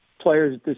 players